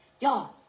Y'all